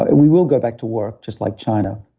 and we will go back to work just like china.